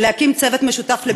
להקים צוות משותף לבדיקתה.